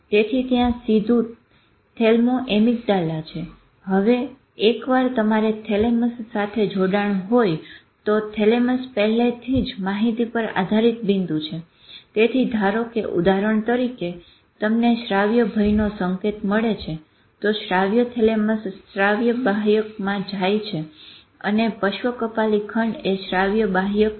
તેથી ત્યાં સીધું થેલ્મોએમીગડાલા છે હવે એકવાર તમારે થેલેમસ સાથે જોડાણ હોય તો થેલેમસ પહેલેથી જ માહિતી પર આધારિત બિંદુ છે તેથી ધારો કે ઉદાહરણ તરીકે તમને શ્રાવ્ય ભયનો સંકેત મળે છે તો શ્રાવ્ય થેલેમસ શ્રાવ્ય બાહ્યકમાં જાઈ છે અને પર્શ્વ કપાલી ખંડએ શ્રાવ્ય બાહ્યક છે